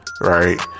Right